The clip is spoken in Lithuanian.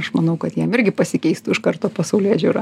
aš manau kad jam irgi pasikeistų iš karto pasaulėžiūra